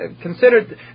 considered